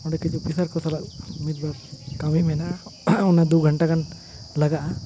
ᱚᱸᱰᱮ ᱠᱟᱹᱡ ᱚᱯᱷᱤᱥᱟᱨ ᱠᱚ ᱥᱟᱞᱟᱜ ᱢᱤᱫ ᱵᱟᱨ ᱠᱟᱹᱢᱤ ᱢᱮᱱᱟᱜᱼᱟ ᱚᱱᱟ ᱫᱩ ᱜᱷᱟᱱᱴᱟ ᱜᱟᱱ ᱞᱟᱜᱟᱜᱼᱟ